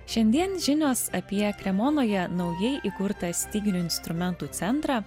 šiandien žinios apie kremonoje naujai įkurtą styginių instrumentų centrą